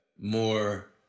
more